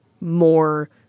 more